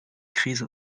crise